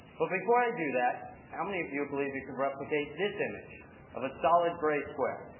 but before i do that, how many of you believe you could replicate this image of a solid gray square?